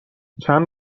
چند